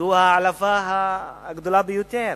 זו ההעלבה הגדולה ביותר.